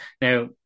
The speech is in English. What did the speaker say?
Now